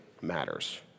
matters